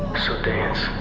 so dance.